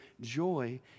joy